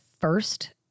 first